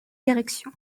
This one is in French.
direction